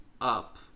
up